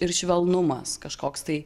ir švelnumas kažkoks tai